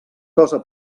cosa